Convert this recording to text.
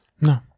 No